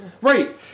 Right